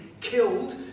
killed